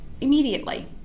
immediately